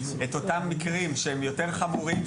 את אותם מקרים שהם יותר חמורים.